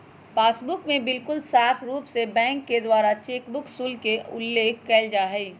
passbook में बिल्कुल साफ़ रूप से बैंक के द्वारा चेकबुक शुल्क के उल्लेख कइल जाहई